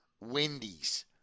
Wendy's